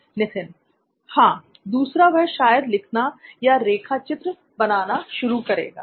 नित्थिन हां दूसरा वह शायद लिखना या रेखा चित्र बनाना शुरू करेगा